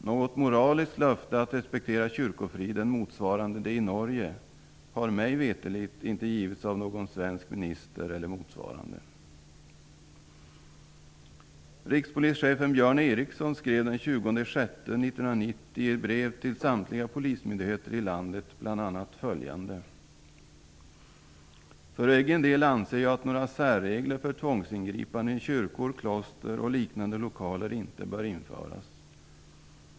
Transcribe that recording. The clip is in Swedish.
Något moraliskt löfte att respektera kyrkofriden motsvarande det i Norge har mig veterligt inte givits av någon svensk minister eller motsvarande. 1990 i brev till samtliga polismyndigheter i landet bl.a. följande: ''För egen del anser jag att några särregler för tvångsingripanden i kyrkor, kloster och liknande lokaler inte bör införas.